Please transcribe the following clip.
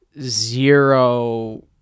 zero